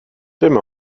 dim